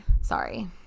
Sorry